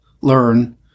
Learn